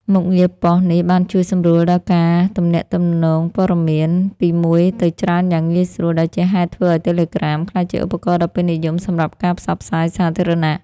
មុខងារប៉ុស្តិ៍នេះបានជួយសម្រួលដល់ការទំនាក់ទំនងព័ត៌មានពីមួយទៅច្រើនយ៉ាងងាយស្រួល ដែលជាហេតុធ្វើឲ្យ Telegram ក្លាយជាឧបករណ៍ដ៏ពេញនិយមសម្រាប់ការផ្សព្វផ្សាយសាធារណៈ។